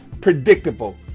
predictable